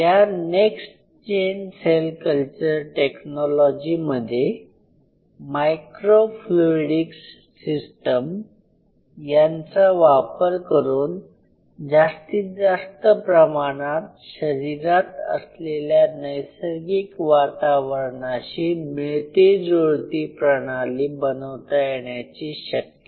या next gen cell culture टेक्नॉलॉजीमध्ये microfluidics system यांचा वापर करून जास्तीत जास्त प्रमाणात शरीरात असलेल्या नैसर्गिक वातावरणाशी मिळती जुळती प्रणाली बनवता येण्याची शक्यता आहे